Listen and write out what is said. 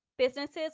Businesses